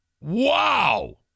Wow